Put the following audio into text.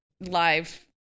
live